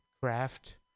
craft